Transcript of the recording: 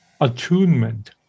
attunement